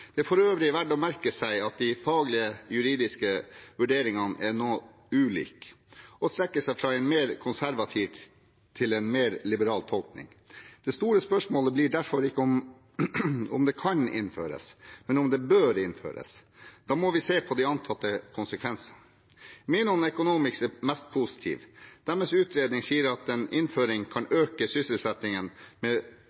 Det er for øvrig verdt å merke seg at de faglige juridiske vurderingene er noe ulike og strekker seg fra en mer konservativ til en mer liberal tolkning. Det store spørsmålet blir derfor ikke om det kan innføres, men om det bør innføres. Da må vi se på de antatte konsekvensene. Menon Economics er mest positive. Deres utredning sier at en innføring kan